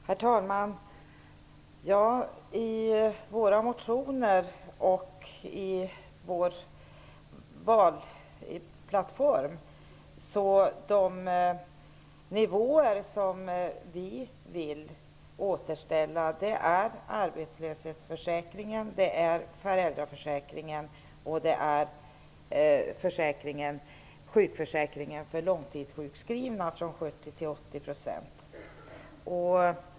Herr talman! I våra motioner och i vår valplattform säger vi att vi vill återställa nivåerna i arbetslöshetsförsäkringen, föräldraförsäkringen och sjukförsäkringen för långtidssjukskrivna från 70 % till 80 %.